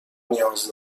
نیاز